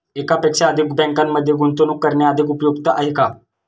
एकापेक्षा अधिक बँकांमध्ये गुंतवणूक करणे अधिक उपयुक्त आहे का?